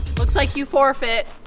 look like you forfeit.